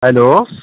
hello